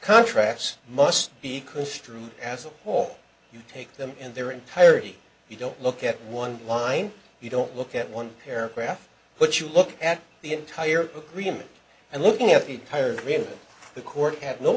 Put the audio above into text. contracts must be construed as a whole you take them in their entirety you don't look at one line you don't look at one paragraph but you look at the entire agreement and looking at the tired really the court had no